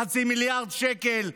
בחצי מיליארד שקל.